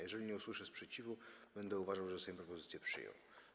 Jeżeli nie usłyszę sprzeciwu, będę uważał, że Sejm propozycję przyjął.